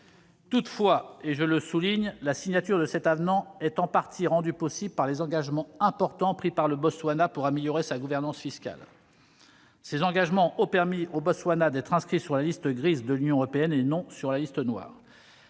Toutefois, et je le souligne, la signature de cet avenant est en partie rendue possible par les engagements importants pris par le Botswana pour améliorer sa gouvernance fiscale. Ces engagements lui ont permis d'être inscrit sur la liste grise de l'Union européenne, et non sur la liste noire.